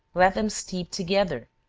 let them steep together,